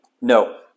No